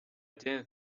didn’t